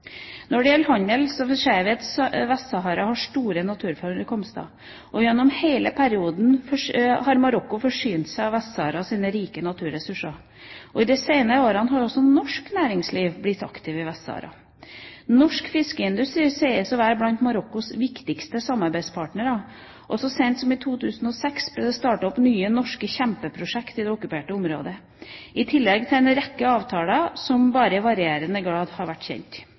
Når det gjelder handel: Vest-Sahara har store naturforekomster, og gjennom hele perioden har Marokko forsynt seg av Vest-Saharas rike naturressurser. I de senere årene har også norsk næringsliv blitt aktivt i Vest-Sahara. Norsk fiskeindustri sies å være blant Marokkos viktigste samarbeidspartnere, og så sent som i 2006 ble det startet opp nye norske kjempeprosjekter i de okkuperte områdene – i tillegg til en rekke avtaler som bare i varierende grad har vært kjent.